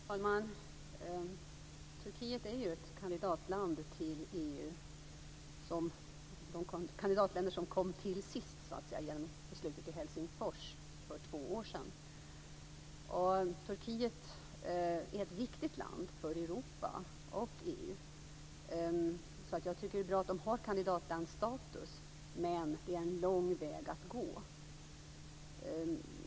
Herr talman! Turkiet är ju ett kandidatland till EU. Det är ett av de kandidatländer som kom till sist genom beslutet i Helsingfors för två år sedan. Turkiet är ett viktigt land för Europa och EU. Jag tycker att det är bra att de har kandidatlandstatus, men det är en lång väg att gå.